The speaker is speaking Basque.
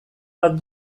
bat